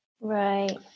Right